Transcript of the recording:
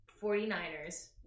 49ers